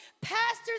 Pastors